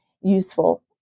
useful